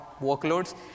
workloads